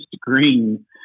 Green